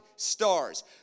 stars